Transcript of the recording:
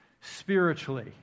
spiritually